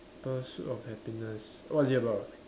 pursuit of happiness what is it about